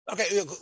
Okay